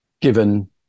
given